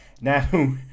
now